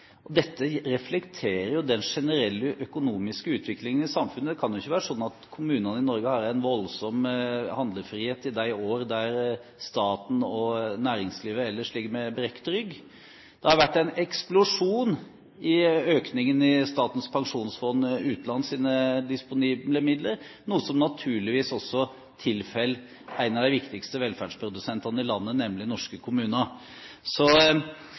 år. Dette reflekterer jo den generelle økonomiske utviklingen i samfunnet. Det kan jo ikke være sånn at kommunene i Norge har en voldsom handlefrihet i de årene der staten og næringslivet ellers ligger med brukket rygg. Det har vært en eksplosjon i økningen i Statens pensjonsfond utlands disponible midler, noe som naturligvis også tilfaller en av de viktigste velferdsprodusentene i landet, nemlig norske kommuner. Så